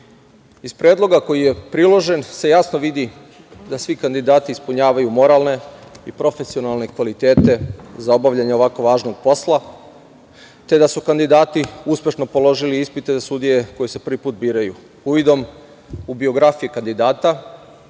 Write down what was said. Iz predloga koji je priložen se jasno vidi da svi kandidati ispunjavaju, moralne i profesionalne kvalitete za obavljanje ovako važnog posla, te da su kandidati uspešno položili ispite za sudije koje se prvi put biraju. Uvidom u biografije kandidata